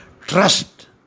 trust